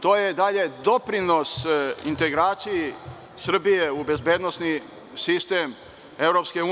To je doprinos integraciji Srbije u bezbednosni sistem EU.